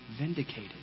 vindicated